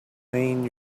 mean